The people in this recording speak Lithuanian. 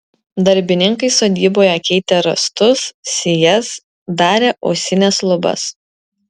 darbininkai sodyboje keitė rąstus sijas darė uosines lubas